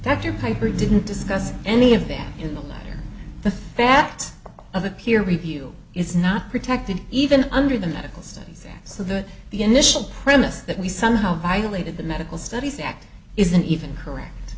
that your paper didn't discuss any of them in the letter the fact of a peer review is not protected even under the medical studies so that the initial premise that we somehow violated the medical studies act isn't even correct